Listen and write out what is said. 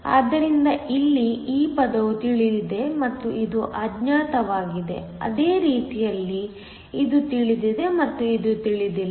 ಆದ್ದರಿಂದ ಇಲ್ಲಿ ಈ ಪದವು ತಿಳಿದಿದೆ ಮತ್ತು ಇದು ಅಜ್ಞಾತವಾಗಿದೆ ಅದೇ ರೀತಿಯಲ್ಲಿ ಇದು ತಿಳಿದಿದೆ ಮತ್ತು ಇದು ತಿಳಿದಿಲ್ಲ